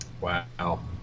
Wow